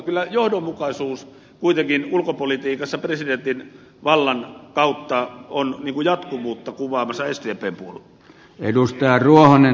kyllä johdonmukaisuus kuitenkin ulkopolitiikassa presidentin vallan suhteen on jatkuvuutta kuvaamassa sdpn puolelta